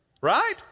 Right